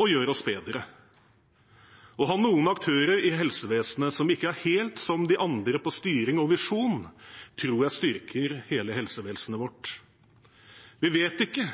og gjør oss bedre. Å ha noen aktører i helsevesenet som ikke er helt som de andre på styring og visjon, tror jeg styrker hele helsevesenet vårt. Vi vet ikke